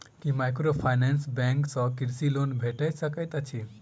की microfinance bank सँ कृषि loan भेटि सकैत अछि?